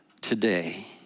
today